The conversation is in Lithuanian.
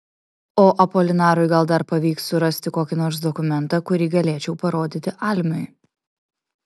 o apolinarui gal dar pavyks surasti kokį nors dokumentą kurį galėčiau parodyti almiui